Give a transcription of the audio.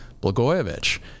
Blagojevich